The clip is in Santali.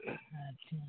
ᱟᱪᱪᱷᱟ